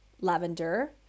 lavender